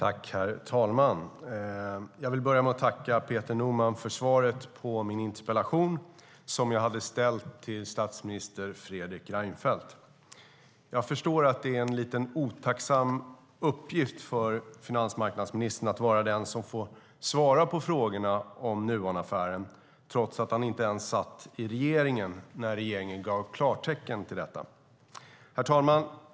Herr talman! Jag vill börja med att tacka Peter Norman för svaret på min interpellation, som jag hade ställt till statsminister Fredrik Reinfeldt. Jag förstår att det är en lite otacksam uppgift för finansmarknadsministern att vara den som får svara på frågorna om Nuonaffären trots att han inte ens satt i regeringen när regeringen gav klartecken till detta. Herr talman!